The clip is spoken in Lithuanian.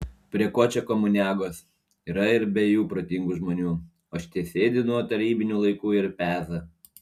prie ko čia komuniagos yra ir be jų protingų žmonių o šitie sėdi nuo tarybinių laikų ir peza